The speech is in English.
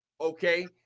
Okay